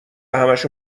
همشو